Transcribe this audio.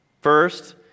first